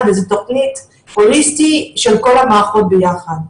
איזה תוכנית הוליסטית של כל המערכות ביחד.